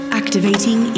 activating